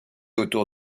autour